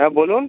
হ্যাঁ বলুন